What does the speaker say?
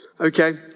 Okay